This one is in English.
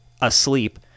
asleep